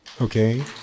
Okay